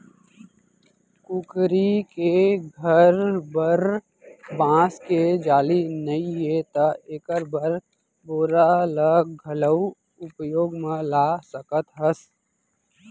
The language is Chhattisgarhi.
कुकरी के घर बर बांस के जाली नइये त एकर बर बोरा ल घलौ उपयोग म ला सकत हस